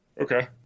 okay